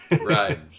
Right